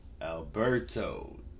Alberto